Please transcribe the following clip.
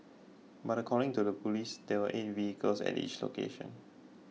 but according to the police there were eight vehicles at each location